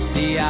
See